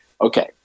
okay